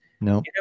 No